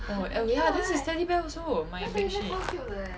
oh oh ya this is teddy bear also my bed sheet